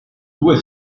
due